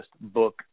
book